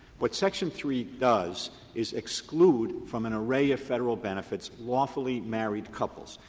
what section three does is exclude from an array of federal benefits lawfully married couples.